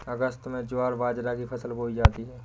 अगस्त में ज्वार बाजरा की फसल बोई जाती हैं